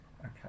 okay